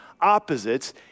opposites